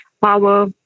power